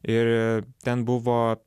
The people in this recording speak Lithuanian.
ir ten buvo